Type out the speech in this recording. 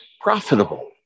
profitable